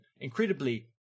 incredibly